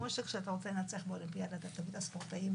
כמו שכשאתה רוצה לנצח באולימפיאדה אתה תביא את הספורטאים